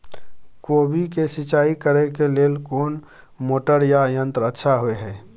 कोबी के सिंचाई करे के लेल कोन मोटर या यंत्र अच्छा होय है?